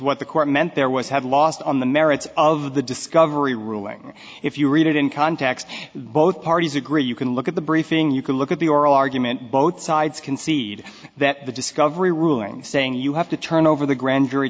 what the court meant there was have lost on the merits of the discovery ruling if you read it in context both parties agree you can look at the briefing you can look at the oral argument both sides concede that the discovery ruling saying you have to turn over the grand jury